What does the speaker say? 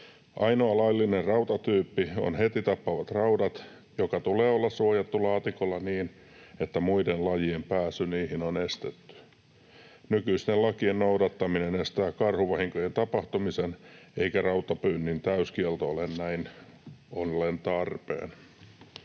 Ainoa laillinen rautatyyppi on heti tappavat raudat, jotka tulee olla suojattu laatikolla niin, että muiden lajien pääsy niihin on estetty. Nykyisten lakien noudattaminen estää karhuvahinkojen tapahtumisen, eikä rautapyynnin täyskielto ole näin ollen tarpeen.